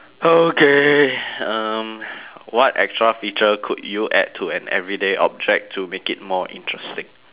okay um what extra feature could you add to an everyday object to make it more interesting